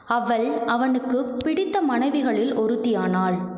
அவள் அவனுக்குப் பிடித்த மனைவிகளில் ஒருத்தியானாள்